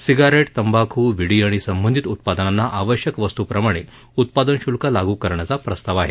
cigarette तंबाखू बिडी आणि संबधित उत्पादनांना आवश्यक वस्तूप्रमाणे उत्पादन शुल्क लागू करण्याचा प्रस्ताव आहे